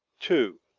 two.